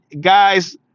Guys